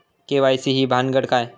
KYC ही भानगड काय?